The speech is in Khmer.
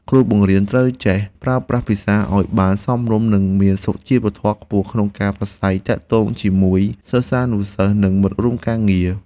គ្រូបង្រៀនត្រូវចេះប្រើប្រាស់ភាសាឱ្យបានសមរម្យនិងមានសុជីវធម៌ខ្ពស់ក្នុងការប្រាស្រ័យទាក់ទងជាមួយសិស្សានុសិស្សនិងមិត្តរួមការងារ។